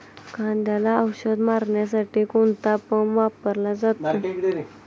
कांद्याला औषध मारण्यासाठी कोणता पंप वापरला जातो?